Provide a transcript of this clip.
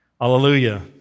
Hallelujah